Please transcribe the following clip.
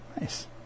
Nice